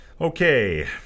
Okay